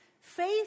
Faith